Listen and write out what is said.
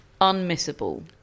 unmissable